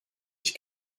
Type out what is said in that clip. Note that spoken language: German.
ich